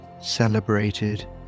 celebrated